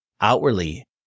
Outwardly